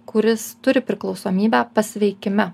kuris turi priklausomybę pasveikime